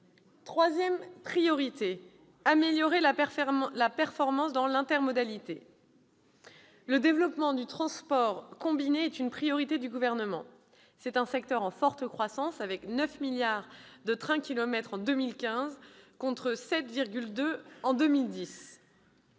Troisième priorité : améliorer la performance dans l'intermodalité. Le développement du transport combiné est une priorité du Gouvernement. C'est un secteur en forte croissance, avec 9 milliards de trains-kilomètres en 2015 contre 7,2